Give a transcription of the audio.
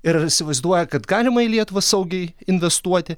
ir įsivaizduoja kad galima į lietuvą saugiai investuoti